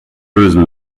lösen